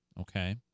Okay